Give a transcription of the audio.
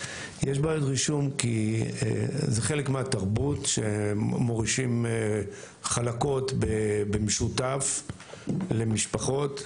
יש בעיות רישום כי זה חלק מהתרבות שמורישים חלקות במשותף למשפחות,